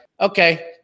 okay